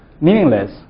meaningless